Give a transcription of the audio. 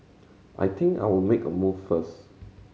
I think I'll make a move first